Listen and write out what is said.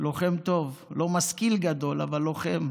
לוחם טוב, לא משכיל גדול אבל לוחם.